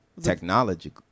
technology